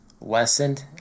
lessened